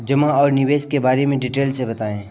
जमा और निवेश के बारे में डिटेल से बताएँ?